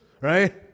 right